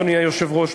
אדוני היושב-ראש,